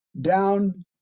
down